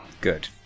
Good